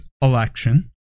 election